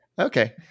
Okay